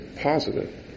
positive